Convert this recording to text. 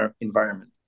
environment